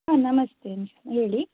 ಹಾಂ ನಮಸ್ತೆ ಹೇಳಿ